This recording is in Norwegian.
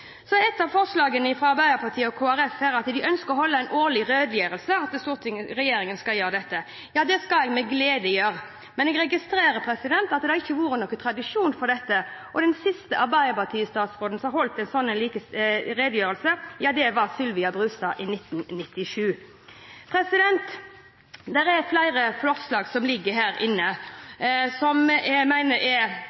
Et av forslagene fra Arbeiderpartiet og Kristelig Folkeparti er at de ønsker at regjeringen skal holde en årlig redegjørelse. Ja, det skal jeg med glede gjøre, men jeg registrerer at det ikke har vært noen tradisjon for dette. Den siste Arbeiderparti-statsråden som holdt en slik redegjørelse, var Sylvia Brustad i 1997. Det er flere forslag som ligger inne her,